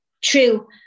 true